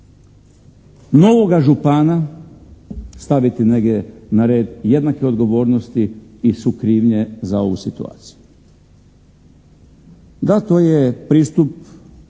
novoga župana staviti negdje na red jednake odgovornosti i sukrivnje za ovu situaciju. Da, to je pristup